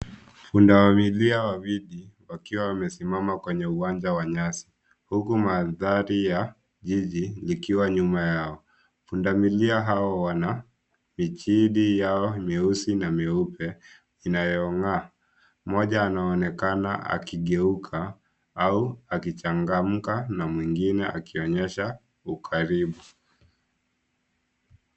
Pundamilia wawili wakiwa wamesimama kwenye uwanja wa nyasi, huku mandhari ya jiji ikiwa nyuma yao. pundamilia hawa wana micihdi yao meusi ni meupe inayong'aa. Mmoja anaonekana akigeuka au akichangamka na mwingine akionyesha ukaribu.